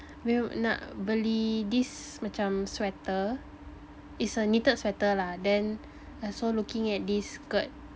well nak beli this macam sweater it's a knitted sweater lah then I also looking at this skirt